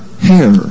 hair